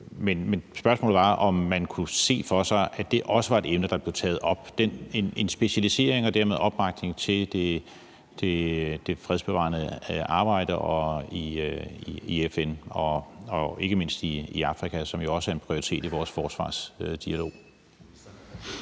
Men spørgsmålet var, om man kunne se for sig, at det også var et emne, der blev taget op, altså en specialisering og dermed en opbakning til det fredsbevarende arbejde i FN og ikke mindst i Afrika, som jo også er en prioritet i vores forsvarsdialog.